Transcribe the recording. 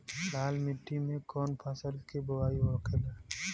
लाल मिट्टी में कौन फसल के बोवाई होखेला?